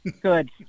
Good